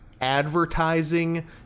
advertising